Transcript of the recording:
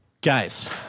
Guys